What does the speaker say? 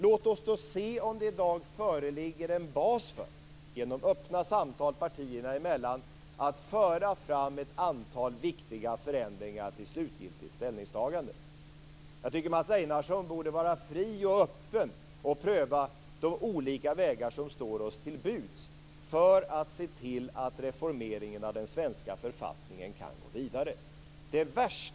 Låt oss då genom öppna samtal partierna emellan se om det i dag föreligger en bas för att föra fram ett antal viktiga förändringar till ett slutgiltigt ställningstagande. Jag tycker att Mats Einarsson borde vara fri och öppen och pröva de olika vägar som står oss till buds för att se till att reformeringen av den svenska författningen kan gå vidare. Fru talman!